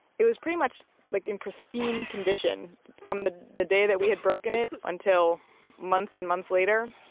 it was pretty much like in pristine condition from the the day that we had broken it. until months and months later.